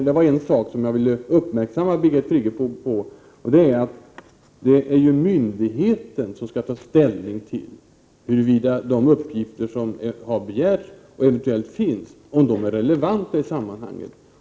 Det var en sak där som jag vill uppmärksamma Birgit Friggebo på, nämligen att det är myndigheten som skall ta ställning till huruvida de uppgifter som har begärts och eventuellt finns är relevanta i det sammanhanget.